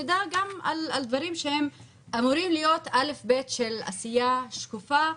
נדע גם על דברים שהם אמורים להיות א'-ב' של עשייה שקופה,